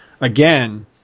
again